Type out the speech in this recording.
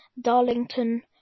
Darlington